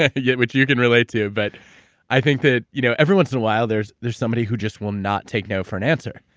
i get what you can relate to. but i think that, you know every once in a while, there's there's somebody who just will not take no for an answer.